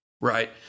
right